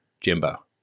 Jimbo